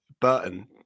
Burton